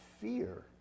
fear